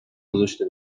گذاشته